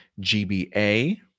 gba